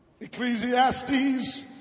Ecclesiastes